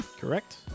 Correct